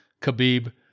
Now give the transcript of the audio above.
Khabib